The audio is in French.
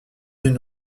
une